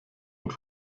und